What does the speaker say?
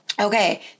okay